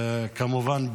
כמובן,